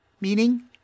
meaning